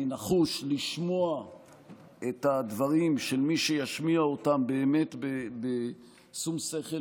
אני נחוש לשמוע את הדברים של מי שישמיע אותם בשום שכל,